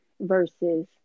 versus